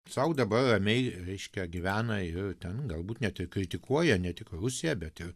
sau dabar ramiai reiškia gyvena jau ten galbūt ne tik kritikuoja ne tik rusiją bet ir